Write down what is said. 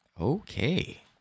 Okay